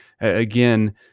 Again